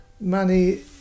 Money